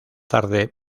tarde